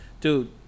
dude